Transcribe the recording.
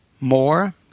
more